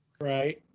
Right